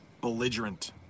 belligerent